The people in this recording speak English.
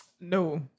No